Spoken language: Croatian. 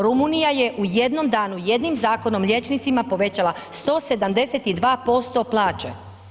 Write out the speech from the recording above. Rumunija je u jednom danu jednim zakonom liječnicima povećala 172% plaće.